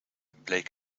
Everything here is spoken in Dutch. bleek